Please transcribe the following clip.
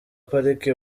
pariki